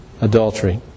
adultery